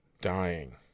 dying